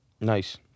Nice